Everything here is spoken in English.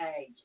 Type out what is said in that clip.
age